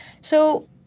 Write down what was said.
So-